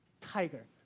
Tiger